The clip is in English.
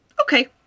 okay